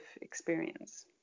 experience